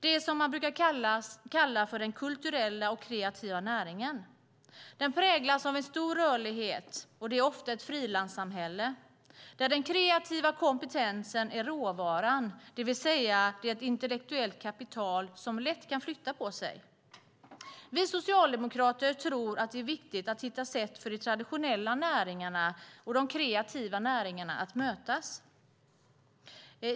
Det man brukar kalla den kulturella och kreativa näringen präglas av en stor rörlighet, och det är ofta ett frilanssamhälle, där den kreativa kompetensen är råvaran, det vill säga ett intellektuellt kapital som lätt kan flytta på sig. Vi socialdemokrater tror att det är viktigt att hitta sätt för de traditionella näringarna och de kreativa näringarna att mötas.